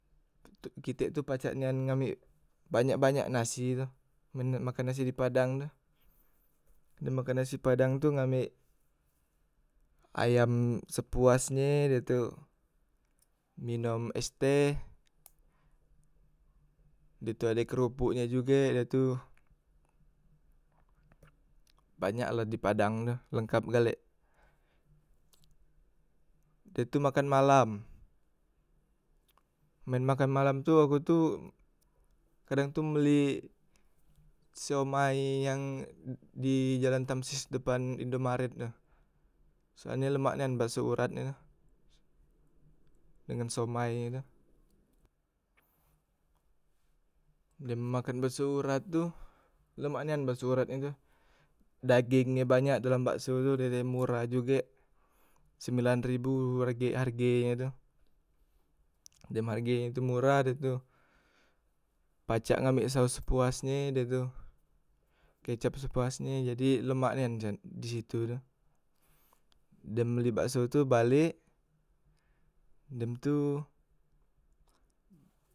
Kitek tu pacak nian ngambek banyak banyak nasi tu, men nak makan nasi di padang tu, dem makan nasi padang tu ngambek ayam sepuasnye ye tu, minom es teh, deh tu ade keropok e juge, deh tu banyak la di padang tu lengkap galek dah tu makan malam, men makan malam tu aku tu, kadang tu mbeli siomay yang di jalan tamsis depan indomaret tu nah, soalnyo lemak nian bakso urat nye tu dengan siomay e tu, dem makan beso urat tu, lemak nian bakso urat e tu, dageng e banyak dalam bakso tu dan murah jugek sembilan ribu rage harge e tu dem harge e murah de tu, pacak ngambek saos sepuasnye de tu, kecap sepuasnye jadi lemak nian di situ tu, dem beli bakso tu balek, dem tu.